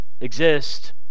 exist